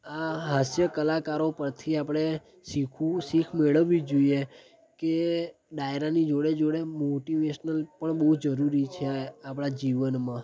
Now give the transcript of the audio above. આ હાસ્ય કલાકારો પરથી આપણે શીખવું શીખ મેળવવી જોઈએ કે ડાયરાની જોડે જોડે મોટિવેશનલ પણ બહુ જરૂરી છે આપણા જીવનમાં